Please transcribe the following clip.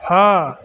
ᱦᱮᱸ